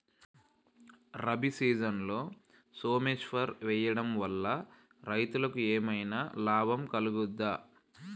రబీ సీజన్లో సోమేశ్వర్ వేయడం వల్ల రైతులకు ఏమైనా లాభం కలుగుద్ద?